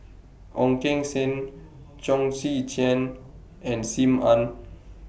Ong Keng Sen Chong Tze Chien and SIM Ann